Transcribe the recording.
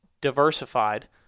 diversified